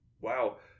Wow